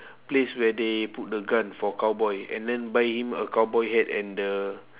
place where they put the gun for cowboy and then buy him a cowboy hat and the